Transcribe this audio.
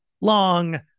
long